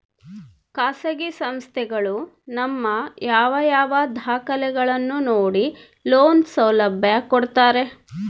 ಖಾಸಗಿ ಸಂಸ್ಥೆಗಳು ನಮ್ಮ ಯಾವ ಯಾವ ದಾಖಲೆಗಳನ್ನು ನೋಡಿ ಲೋನ್ ಸೌಲಭ್ಯ ಕೊಡ್ತಾರೆ?